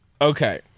okay